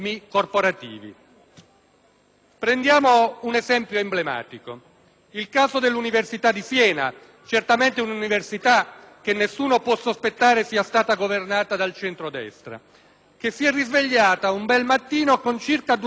Prendiamo un esempio emblematico: il caso dell'università di Siena. Si tratta certamente di un'università che nessuno può sospettare sia stata governata dal centrodestra e che si è risvegliata un bel mattino con circa 200 milioni di euro di debiti;